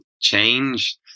change